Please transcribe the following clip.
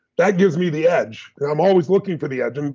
that gives me the edge, and i'm always looking for the edge. and